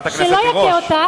שלא יכה אותה